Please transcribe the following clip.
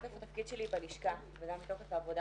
מתוקף התפקיד שלי בלשכה וגם מתוקף העבודה